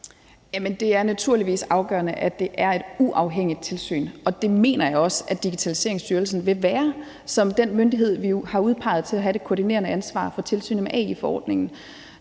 Det er naturligvis afgørende, at det er et uafhængigt tilsyn, og det mener jeg også Digitaliseringsstyrelsen vil være som den myndighed, vi jo har udpeget til at have det koordinerende ansvar for tilsynet med AI-forordningen.